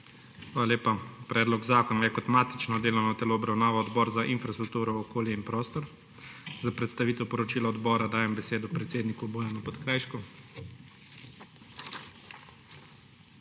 Hvala lepa. Predlog zakona je kot matično delovno telo obravnaval Odbor za infrastrukturo, okolje in prostor. Za predstavitev poročila odbora dajem besedo predsedniku Bojanu Podkrajšku.